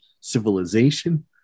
civilization